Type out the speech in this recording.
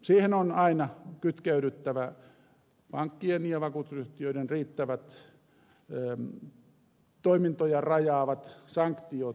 siihen on aina kytkeydyttävä pankkien ja vakuutusyhtiöiden riittävät toimintoja rajaavat sanktiouhat